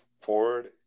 forward